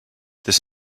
this